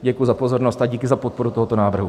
Děkuji za pozornost a díky za podporu tohoto návrhu.